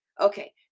okay